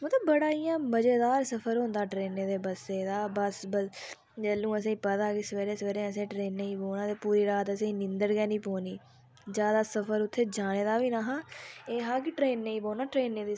ते बड़ा इंया मज़ेदार सफर होंदा ट्रेनें ते बस्सें दा ते सबैह्रे असेंगी पता की असें ट्रेनें ई बौह्ना ते असेंगी निंदर गै निं पौनी जादै सफर उत्थें जाने दा गै निहां एह् हा की ट्रेनें ई बौह्ना ट्रेनें दा सफर